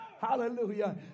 Hallelujah